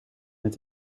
met